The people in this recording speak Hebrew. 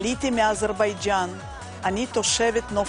שניים-שלושה גם לעולי אתיופיה וגם לעולי צרפת כדי שיבואו ישר למקבץ דיור.